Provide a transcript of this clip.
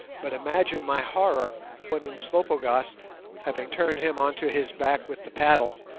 but imagine my horror when umslopogaas having turned him on to his back with the paddle,